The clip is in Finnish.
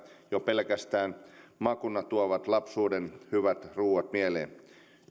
jo pelkästään maakunnat tuovat lapsuuden hyvät ruuat mieleen